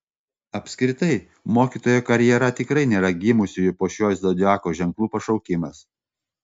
apskritai mokytojo karjera tikrai nėra gimusiųjų po šiuo zodiako ženklu pašaukimas